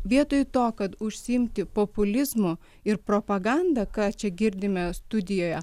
vietoj to kad užsiimti populizmu ir propaganda ką čia girdime studijoje